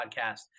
podcast